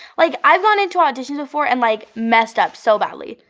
like, i've gone into auditions before and like messed up so badly,